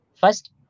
First